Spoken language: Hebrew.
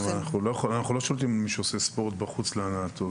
אבל אנחנו לא שולטים במי שעושה ספורט בחוץ להנאתו,